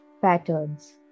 patterns